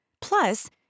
Plus